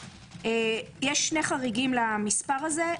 יש שני חריגים למספר הזה.